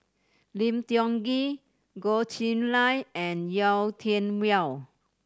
Lim Tiong Ghee Goh Chiew Lye and Yau Tian Yau